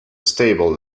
stable